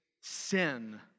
sin